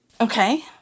Okay